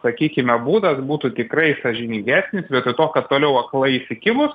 sakykime būdas būtų tikrai sąžiningesni vietoj to kad toliau aklai įsikibus